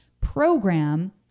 program